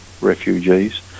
refugees